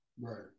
Right